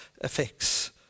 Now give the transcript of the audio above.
effects